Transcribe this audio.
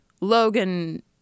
Logan